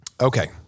Okay